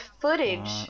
footage